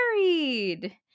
married